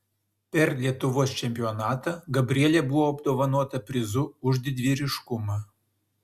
per lietuvos čempionatą gabrielė buvo apdovanota prizu už didvyriškumą